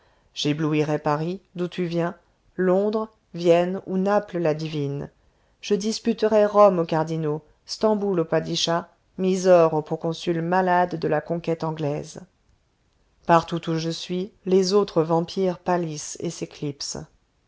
j'éblouirai paris d'où tu viens londres vienne ou naples la divine je disputerai rome aux cardinaux stamboul au padischah mysore aux proconsuls malades de la conquête anglaise partout où je suis les autres vampires pâlissent et